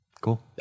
Cool